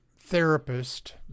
therapist